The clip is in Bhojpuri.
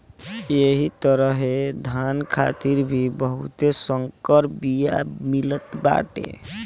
एही तरहे धान खातिर भी बहुते संकर बिया मिलत बाटे